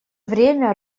время